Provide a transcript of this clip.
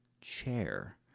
Chair